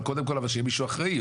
אבל קודם כל שיהיה מישהו אחראי.